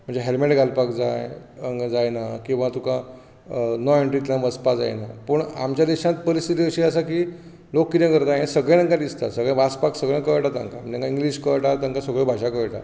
म्हणजे हॅल्मेट घालपाक जाय जायना किवां तुकां अं नो एन्ट्रींतल्यान वचपाक जायना पूण आमच्या देशांत परिस्थिती अशी आसा की लोक कितें करतात हें सगळें तांका दिसता सगळें वाचपाक सगळें कळटा तांका तांका इंग्लीश कळटा तांका सगळ्यो भाशा कळटा